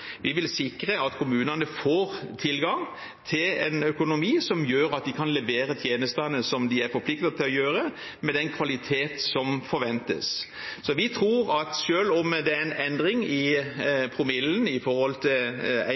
Vi vil sikre at kommunene får tilgang til en økonomi som gjør at de kan levere tjenestene som de er forpliktet til å levere, med den kvaliteten som forventes. Så vi tror at selv om det er en endring i promillen med hensyn til